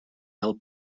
del